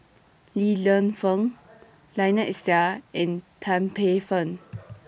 Li Lienfung Lynnette Seah and Tan Paey Fern